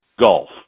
golf